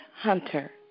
hunter